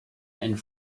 and